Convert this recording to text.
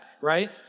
right